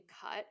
cut